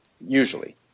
usually